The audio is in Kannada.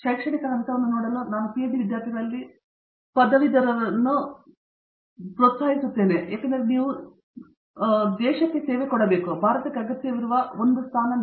ಆದರೆ ಶೈಕ್ಷಣಿಕ ಹಂತವನ್ನು ನೋಡಲು ನಾನು ಪಿಎಚ್ಡಿ ವಿದ್ಯಾರ್ಥಿಗಳಲ್ಲಿ ಪ್ರತಿ ಪದವೀಧರರನ್ನು ಪ್ರೋತ್ಸಾಹಿಸುತ್ತೇನೆ ಎಂದು ಹೇಳುತ್ತೇನೆ ಏಕೆಂದರೆ ನೀವು ಇದನ್ನು ಇತರ 4 ರಲ್ಲಿಯೂ ಹೊಂದಿಸಬೇಕೆಂದು ಬಯಸಿದರೆ ಆದರೆ ದೇಶಕ್ಕೆ ಸೇವೆಯಾಗಬೇಕೆಂದರೆ ನೀವು ಭಾರತಕ್ಕೆ ಅಗತ್ಯವಿರುವ 1 ಸ್ಥಾನ ನೀನು